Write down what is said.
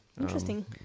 Interesting